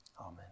amen